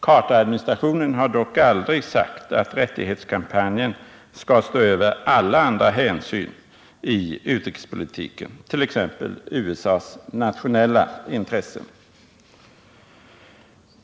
Carteradministrationen har dock aldrig sagt att rättighetskampanjen skall stå över alla andra hänsyn i utrikespolitiken, t.ex. USA:s nationella intressen.